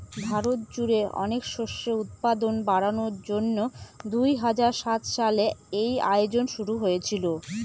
ভারত জুড়ে অনেক শস্যের উৎপাদন বাড়ানোর জন্যে দুই হাজার সাত সালে এই যোজনা শুরু হয়েছিল